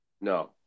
No